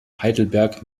heidelberg